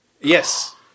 Yes